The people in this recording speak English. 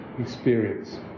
experience